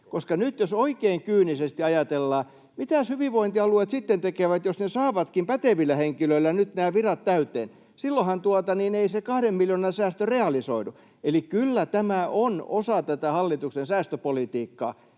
Nyt jos oikein kyynisesti ajatellaan, niin mitä hyvinvointialueet sitten tekevät, jos ne saavatkin pätevillä henkilöillä nyt nämä virat täyteen: silloinhan ei se kahden miljoonan säästö realisoidu. Eli kyllä tämä on osa tätä hallituksen säästöpolitiikkaa.